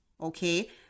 Okay